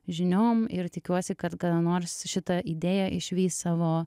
žiniom ir tikiuosi kad kada nors šita idėja išvys savo